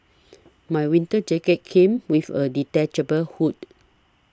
my winter jacket came with a detachable hood